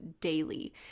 daily